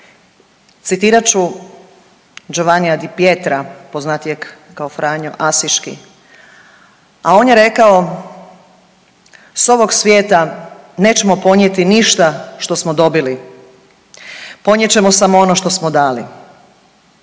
Citirat ću Giovannia Di Pietroa poznatijeg kao Franjo Asiški, a on je rekao: „S ovog svijeta nećemo ponijeti ništa što smo dobili. Ponijet ćemo samo ono što smo dali.